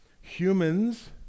Humans